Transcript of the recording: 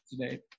today